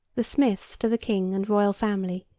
the smiths to the king and royal family,